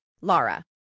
Laura